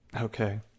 Okay